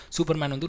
Superman